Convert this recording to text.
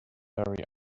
hurry